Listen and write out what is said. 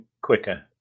quicker